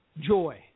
joy